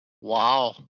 Wow